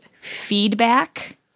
feedback